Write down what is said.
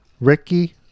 Ricky